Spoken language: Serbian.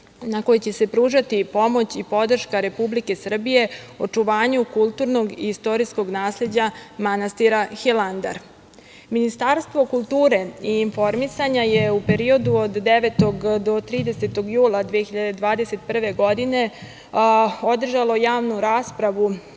na koji će se pružati pomoć i podrška Republike Srbije očuvanju kulturnog i istorijskog nasleđa manastira Hilandar. Ministarstvo kulture i informisanja je u periodu od 9. do 30. jula 2021. godine održalo javnu raspravu